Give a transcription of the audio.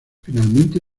finalmente